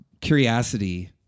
curiosity